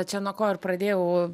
čia nuo ko ir pradėjau